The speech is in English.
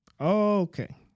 Okay